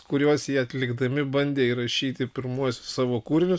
kuriuos jie atlikdami bandė įrašyti pirmuosius savo kūrinius